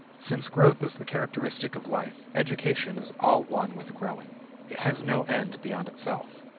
since growth is the characteristic of life, education is all one with growing it has no end beyond itself.